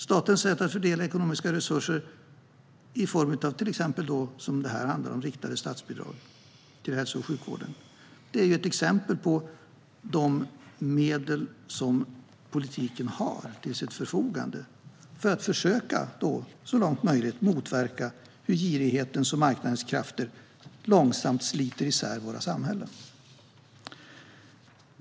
Statens sätt att fördela ekonomiska resurser i form av till exempel riktade statsbidrag till hälso och sjukvården, som detta handlar om, är ett exempel på de medel politiken har till sitt förfogande för att så långt möjligt försöka motverka girighetens och marknadens krafter när de långsamt sliter isär våra samhällen.